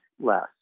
less